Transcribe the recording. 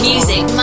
Music